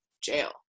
jail